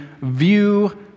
view